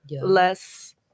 less